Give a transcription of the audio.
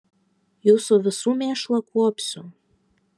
jūsų visų mėšlą kuopsiu